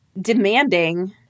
demanding